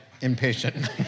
impatient